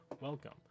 Welcome